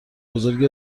بزرگی